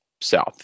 south